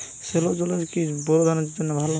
সেলোর জলে কি বোর ধানের চাষ ভালো?